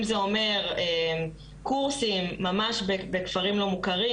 אם זה אומר קורסים ממש בכפרים לא מוכרים,